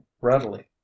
readily